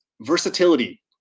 versatility